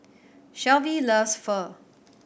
Shelvie loves Pho